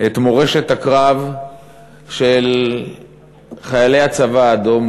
את מורשת הקרב של חיילי הצבא האדום,